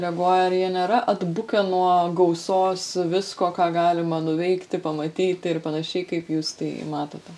reaguoja ar jie nėra atbukę nuo gausos visko ką galima nuveikti pamatyti ir panašiai kaip jūs tai matote